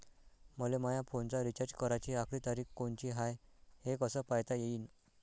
मले माया फोनचा रिचार्ज कराची आखरी तारीख कोनची हाय, हे कस पायता येईन?